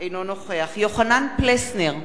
אינו נוכח יוחנן פלסנר,